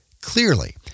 Clearly